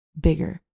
bigger